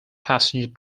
passenger